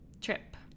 trip